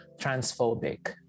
transphobic